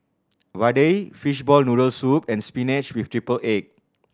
vadai fishball noodle soup and spinach with triple egg